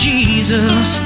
Jesus